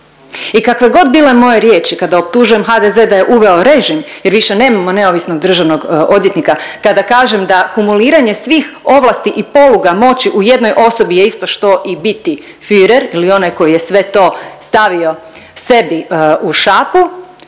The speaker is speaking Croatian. I kakve god bile moje riječi kada optužujem HDZ da je uveo režim jer više nemamo neovisnog državnog odvjetnika, kada kažem da kumuliranje svih ovlasti i poluga moći u jednoj osobi je isto što i biti Führer ili onaj koji je sve to stavio sebi u šapu